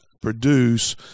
produce